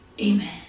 Amen